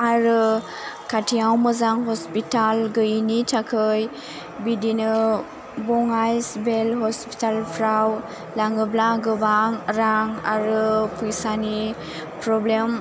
आरो खाथियाव मोजां हस्पिटाल गैयिनि थाखै बिदिनो बङाइ सिभिल हस्पिटालफ्राव लाङोब्ला गोबां रां आरो फैसानि प्रब्लेम